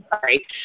Sorry